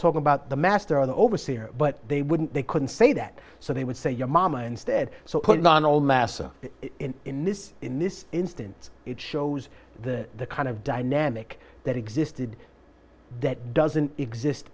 talking about the master overseer but they wouldn't they couldn't say that so they would say your mama instead so put on all massa in this in this instance it shows the kind of dynamic that existed that doesn't exist